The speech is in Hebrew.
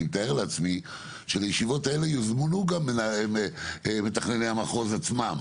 אני מתאר לעצמי שלישיבות האלה יוזמנו גם מתכנני המחוז עצמם.